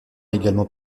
également